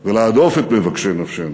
ולהדוף את מבקשי נפשנו,